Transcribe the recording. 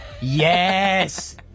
Yes